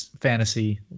fantasy